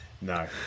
No